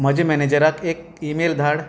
म्हज्या मॅनेजराक एक ईमेल धाड